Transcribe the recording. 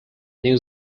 new